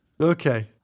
Okay